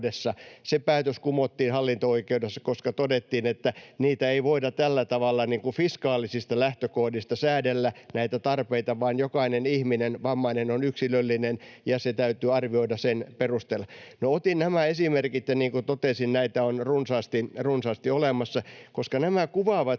Se päätös kumottiin hallinto-oikeudessa, koska todettiin, että näitä tarpeita ei voida tällä tavalla fiskaalisista lähtökohdista säädellä, vaan jokainen vammainen ihminen on yksilöllinen, ja se täytyy arvioida sen perusteella. No otin nämä esimerkit — ja niin kuin totesin, näitä on runsaasti olemassa — koska nämä kuvaavat